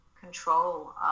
control